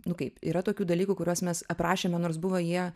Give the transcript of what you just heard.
nu kaip yra tokių dalykų kuriuos mes aprašėme nors buvo jie